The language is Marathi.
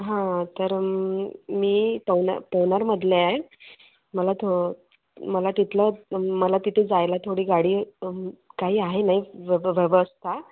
हां तर मी पोन पवनारमधली आहे मला थो मला तिथलं मला तिथे जायला थोडी गाडी काही आहे नाही व्यव व्यवस्था